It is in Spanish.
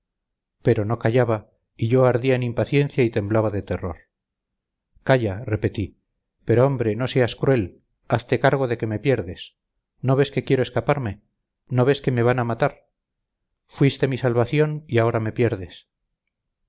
pero no callaba y yo ardía en impaciencia y temblaba de terror calla repetí pero hombre no seas cruel hazte cargo de que me pierdes no ves que quiero escaparme no ves que me van a matar fuiste mi salvación y ahora me pierdes